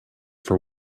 for